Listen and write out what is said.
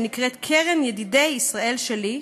שנקראת "קרן ידידי ישראל שלי",